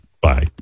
Bye